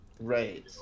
Right